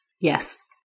yes